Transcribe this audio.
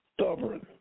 stubborn